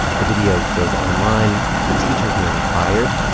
the video goes online. the teacher's nearly fired.